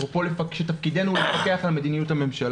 שתפקידנו לפקח על פעילותה.